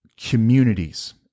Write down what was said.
communities